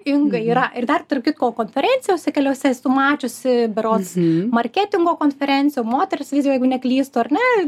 inga yra ir dar tarp kitko konferencijose keliose esu mačiusi berods marketingo konferencija moters vizija jeigu neklystu ar ne